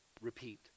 repeat